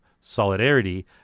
solidarity